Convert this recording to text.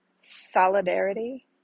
Solidarity